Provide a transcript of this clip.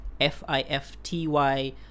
F-I-F-T-Y